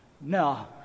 No